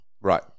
Right